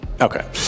Okay